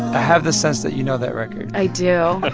have the sense that you know that record i do